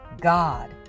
God